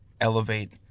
elevate